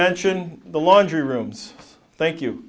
mention the laundry rooms thank you